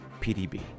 PDB